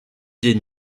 des